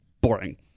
Boring